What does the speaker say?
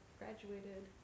graduated